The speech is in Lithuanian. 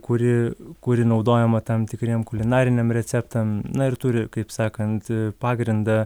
kuri kuri naudojama tam tikriem kulinariniam receptam na ir turi kaip sakant pagrindą